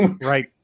Right